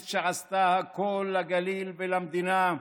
החברה הדרוזית עשתה הכול לגליל ולמדינה.